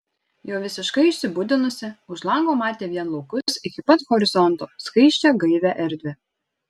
jau visiškai išsibudinusi už lango matė vien laukus iki pat horizonto skaisčią gaivią erdvę